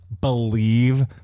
believe